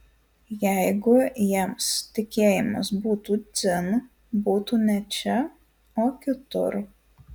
jeigu jiems tikėjimas būtų dzin būtų ne čia o kitur